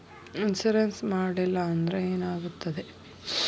Insurance ಮಾಡಲಿಲ್ಲ ಅಂದ್ರೆ ಏನಾಗುತ್ತದೆ?